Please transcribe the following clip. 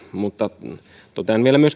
mutta totean vielä myöskin sen